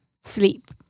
sleep